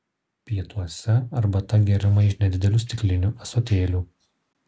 pietuose arbata geriama iš nedidelių stiklinių ąsotėlių